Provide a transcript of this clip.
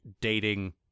dating